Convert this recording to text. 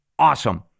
Awesome